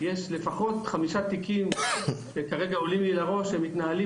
יש לפחות חמישה תיקים שכרגע עולים לי לראש שמתנהלים